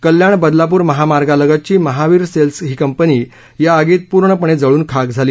कल्याण बदलापूर महामार्गालगतची महावीर सेल्स ही कंपनी आगीत पूर्णपणे जळून खाक झाली